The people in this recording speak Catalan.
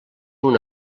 una